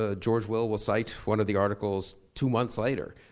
ah george will will cite one of the articles two months later,